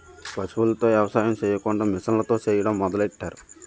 పశువులతో ఎవసాయం సెయ్యకుండా మిసన్లతో సెయ్యడం మొదలెట్టారు